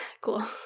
Cool